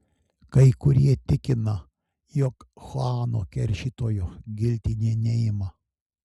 kai kurie tikina jog chuano keršytojo giltinė neima